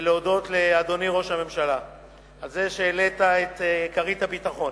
ולהודות לאדוני ראש הממשלה על זה שהעלית את כרית הביטחון